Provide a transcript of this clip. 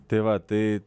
tai va tai